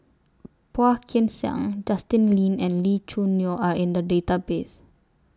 Phua Kin Siang Justin Lean and Lee Choo Neo Are in The Database